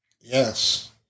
Yes